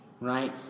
right